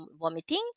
vomiting